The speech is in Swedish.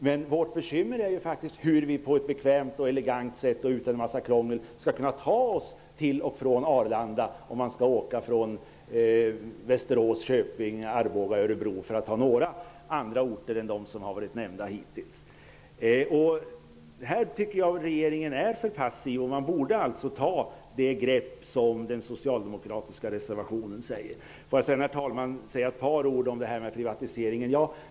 Men vårt bekymmer är faktiskt hur vi på ett bekvämt och elegant sätt utan krångel skall kunna ta oss till och från Arlanda från Västerås, Köping, Arboga, Örebro, för att nämna några andra orter än dem som nämnts hittills. Jag tycker att regeringen är för passiv. Man borde alltså ta ett sådant grepp som det talas om i den socialdemokratiska reservationen. Jag vill så, herr talman, säga ett par ord om privatiseringen.